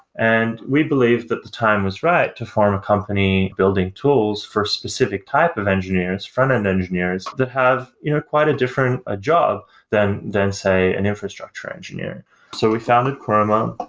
and we believe that the time was right to form a company building tools for a specific type of engineers, front-end engineers that have you know quite a different ah job than then say an infrastructure engineer so we founded chroma.